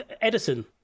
Edison